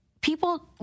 people